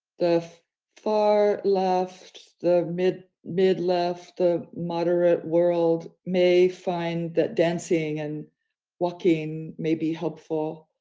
the far left, the mid mid left, the moderate world may find that dancing and walking may be helpful.